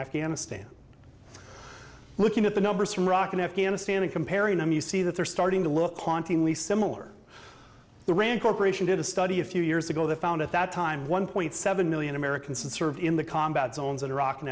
afghanistan looking at the numbers from iraq and afghanistan and comparing them you see that they're starting to look hauntingly similar the rand corporation did a study a few years ago that found at that time one point seven million americans to serve in the combat zones in iraq and